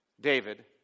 David